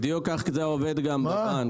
בדיוק ככה זה עובד גם בבנק.